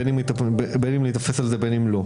בין אם ייתפס על זה ובין אם לא.